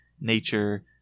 nature